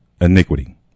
iniquity